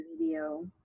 video